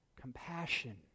compassion